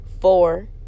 four